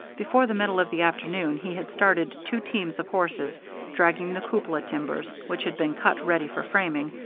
before the middle of the afternoon he had started two teams of horses dragging the cupola timbers, which had been cut ready for framing,